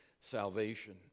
salvation